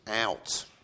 out